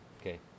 Okay